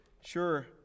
sure